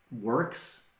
works